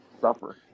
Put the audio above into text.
suffer